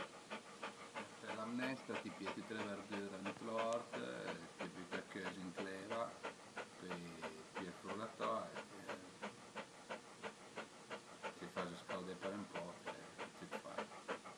Për fe 'na m'nestra t'i pìe tüte le verdüre ënt l'ort, t'ie büte a cözi ënt l'eva, pöi pìe ël frullatore, t'ie faze scaudé për un poc e tüt fait